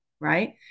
right